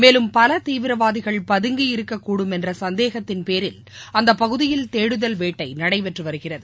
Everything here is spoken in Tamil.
மேலும் பல தீவிரவாதிகள் பதுங்கியிருக்கக்கூடும் என்ற சந்தேகத்தின் பேரில் அந்த பகுதியில் தேடுதல் வேட்டை நடைபெற்று வருகிறது